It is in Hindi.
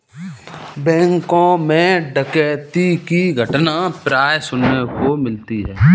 बैंकों मैं डकैती की घटना प्राय सुनने को मिलती है